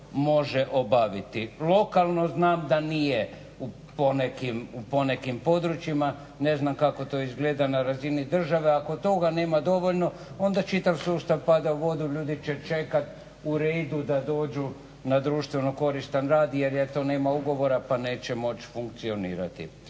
može obaviti. Lokalno znam da nije u ponekim područjima, ne znam kako to izgleda na razini države. Ako toga nema dovoljno onda čitav sustav pada u vodu, ljudi će čekat u redu da dođe na društveno koristan rad jer eto nema ugovora pa neće moći funkcionirati.